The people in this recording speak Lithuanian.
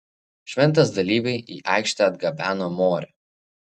šventės dalyviai į aikštę atgabeno morę